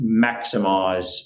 maximize